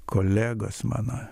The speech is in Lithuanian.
kolegos mano